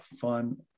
fun